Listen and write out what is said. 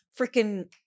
freaking